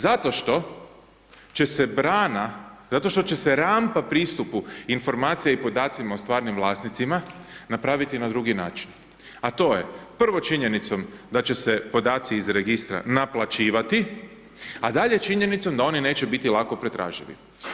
Zato što će se brana, zato što će se rampa pristupu informacija i podacima o stvarnim vlasnicima napraviti na drugi način, a to je, prvo činjenicom da će se podaci iz registra naplaćivati, a dalje činjenicom da oni neće biti lako pretraživi.